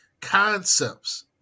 concepts